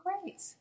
Great